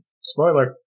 Spoiler